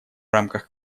рамках